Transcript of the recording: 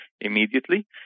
immediately